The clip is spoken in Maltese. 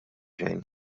xejn